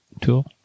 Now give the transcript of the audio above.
Tool